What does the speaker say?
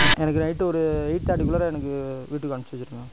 எனக்கு நைட்டு ஒரு எயிட் தேர்ட்டிக்குள்ளார எனக்கு வீட்டுக்கு அனுப்பிச்சி வச்சிருங்க